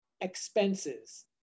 expenses